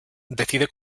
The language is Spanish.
decide